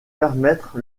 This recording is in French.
permettre